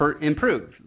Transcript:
improve